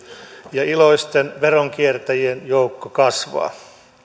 ja iloisten veronkiertäjien joukko kasvaa